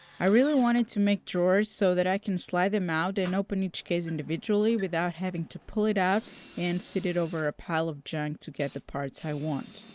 i really wanted to make drawers so that i can slide them out and open each case individually without having to pull it out and sit it over a pile of junk to get the parts i want.